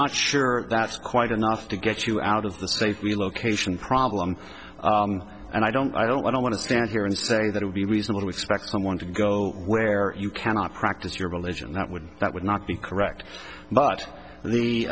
not sure that's quite enough to get you out of the save me location problem and i don't i don't i don't want to stand here and say that would be reasonable to expect someone to go where you cannot practice your religion that would that would not be correct but the